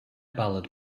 ballad